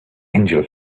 angel